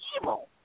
evil